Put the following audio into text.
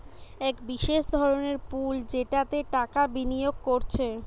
এক বিশেষ ধরনের পুল যেটাতে টাকা বিনিয়োগ কোরছে